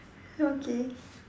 okay